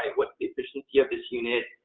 what's the efficiency of this unit?